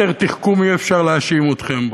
ביתר תחכום אי-אפשר להאשים אתכם.